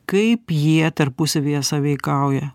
kaip jie tarpusavyje sąveikauja